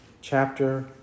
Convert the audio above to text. chapter